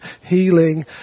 healing